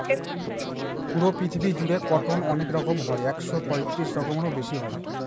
পুরো পৃথিবী জুড়ে কটন অনেক রকম হয় একশো পঁয়ত্রিশ রকমেরও বেশি হয়